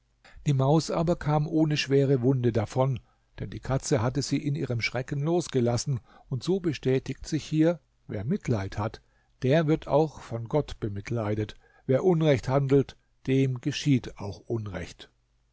die maus aber kam ohne schwere wunde davon denn die katze hatte sie in ihrem schrecken losgelassen und so bestätigt sich hier wer mitleid hat der wird auch von gott bemitleidet wer unrecht handelt dem geschieht auch unrecht